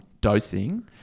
dosing